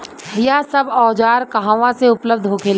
यह सब औजार कहवा से उपलब्ध होखेला?